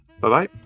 Bye-bye